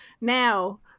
Now